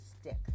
stick